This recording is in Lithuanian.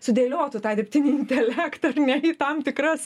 sudėliotų tą dirbtinį intelektą ar ne į tam tikras